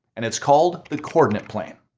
and it's called the coordinate plane.